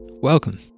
Welcome